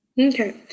Okay